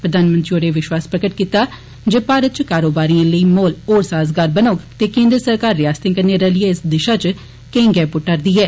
प्रधानमंत्री होरें विश्वास प्रगट कीता जे भारत च कारोबारियें लेई माहौल होर साजगार बनौग ते केन्द्र सरकार रियासतें कन्नै रलियै इस दिशा च केई गैंई पुष्टा'रदी ऐ